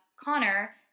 Connor